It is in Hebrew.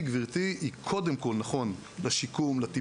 היא קודם כל בשיקום, בטיפול,